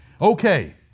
Okay